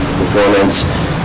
performance